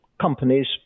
companies